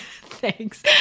Thanks